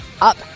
Up